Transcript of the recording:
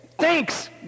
thanks